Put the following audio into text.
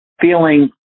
feeling